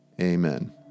Amen